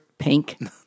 Pink